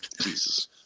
Jesus